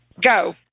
Go